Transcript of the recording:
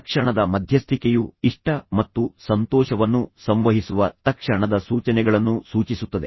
ತಕ್ಷಣದ ಮಧ್ಯಸ್ಥಿಕೆಯು ಇಷ್ಟ ಮತ್ತು ಸಂತೋಷವನ್ನು ಸಂವಹಿಸುವ ತಕ್ಷಣದ ಸೂಚನೆಗಳನ್ನು ಸೂಚಿಸುತ್ತದೆ